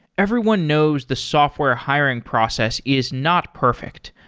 everyone knows the software hiring process is not perfect.